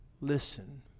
listen